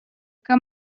que